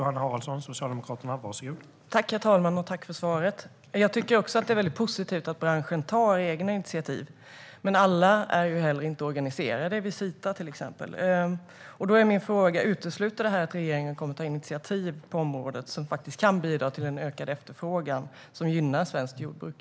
Herr talman! Tack, statsrådet, för svaret! Jag tycker också att det är positivt att branschen tar egna initiativ, men alla företag är inte organiserade i till exempel Visita. Då är min fråga: Utesluter detta att regeringen kommer att ta initiativ på området som kan bidra till en ökad efterfrågan som gynnar svenskt jordbruk?